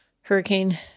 hurricane